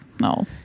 no